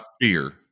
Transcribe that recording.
fear